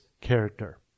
character